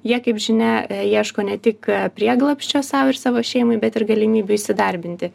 jie kaip žinia ieško ne tik prieglobsčio sau ir savo šeimai bet ir galimybių įsidarbinti